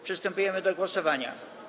Przystępujemy do głosowania.